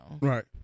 Right